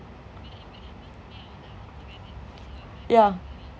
yeah